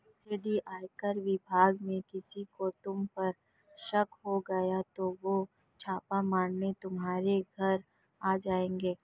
यदि आयकर विभाग में किसी को तुम पर शक हो गया तो वो छापा मारने तुम्हारे घर आ जाएंगे